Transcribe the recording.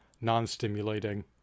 non-stimulating